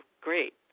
great